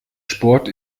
sport